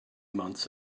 months